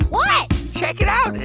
what? check it out.